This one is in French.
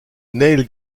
neil